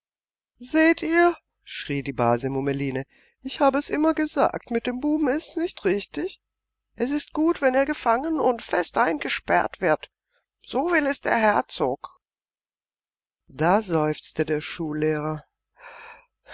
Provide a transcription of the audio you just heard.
seht ihr schrie die base mummeline ich hab es immer gesagt mit dem buben ist's nicht richtig es ist gut wenn er gefangen und fest eingesperrt wird so will es der herzog da seufzte der schullehrer